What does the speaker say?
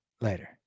Later